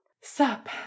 Sup